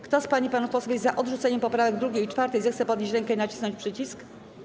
Kto z pań i panów posłów jest za odrzuceniem poprawek 2. i 4., zechce podnieść rękę i nacisnąć przycisk.